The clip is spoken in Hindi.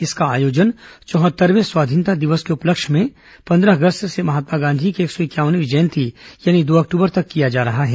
इसका आयोजन चौहत्तरवें स्वतंत्रता दिवस के उपलक्ष्य में पंद्रह अगस्त से महात्मा गांधी की एक सौ इंक्यावनवीं जयंती दो अक्तूबर तक किया जा रहा है